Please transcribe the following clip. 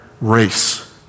race